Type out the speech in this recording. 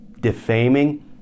defaming